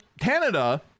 Canada